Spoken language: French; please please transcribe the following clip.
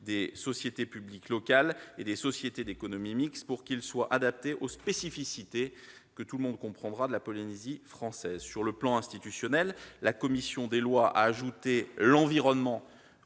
des sociétés publiques locales et des sociétés d'économie mixte pour qu'il soit adapté aux spécificités- tout le monde le comprendra -de la Polynésie française. Sur le plan institutionnel, la commission des lois a ajouté l'environnement